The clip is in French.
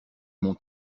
mon